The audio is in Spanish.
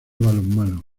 balonmano